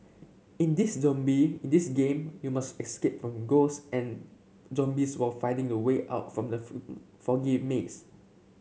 in this zombie in this game you must escape from ghost and zombies while finding the way out from the foggy maze